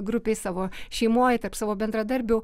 grupėj savo šeimoj tarp savo bendradarbių